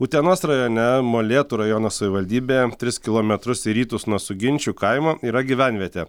utenos rajone molėtų rajono savivaldybėje tris kilometrus į rytus nuo suginčių kaimo yra gyvenvietė